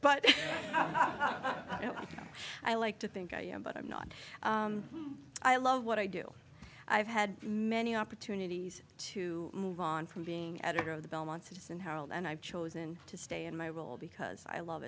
know i like to think i am but i'm not i love what i do i've had many opportunities to move on from being editor of the belmont citizen herald and i've chosen to stay in my role because i love